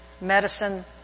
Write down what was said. medicine